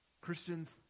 Christians